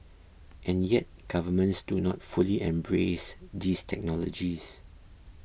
and yet governments do not fully embrace these technologies